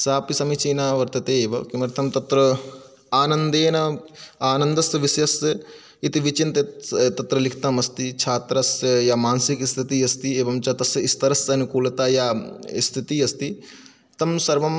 सापि समीचीना वर्तते एव किमर्थं तत्र आनन्देन आनन्दस्य विषयस्य इति विचिन्त्य तत्र लिखितम् अस्ति छात्रस्य या मानसिकी स्थितिः अस्ति एवं च तस्य स्तरस्य अनुकूलता या स्थितिः अस्ति तं सर्वं